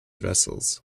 vessels